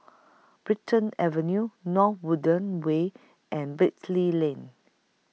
Brighton Avenue North Woodlands Way and Beatty Lane